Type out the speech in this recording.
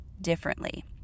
differently